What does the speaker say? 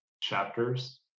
chapters